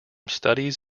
studies